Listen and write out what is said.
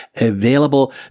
available